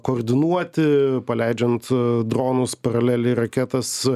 koordinuoti paleidžiant dronus paraleliai raketas